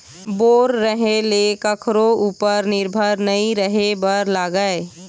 bore रहें ले कखरो उपर निरभर नइ रहे बर लागय